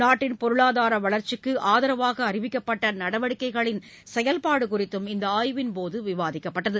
நாட்டின் பொருளாதார வளர்ச்சிக்கு ஆதரவாக அறிவிக்கப்பட்ட நடவடிக்கைகளின் செயல்பாடு குறித்தும் இந்த ஆய்வின்போது விவாதிக்கப்பட்டது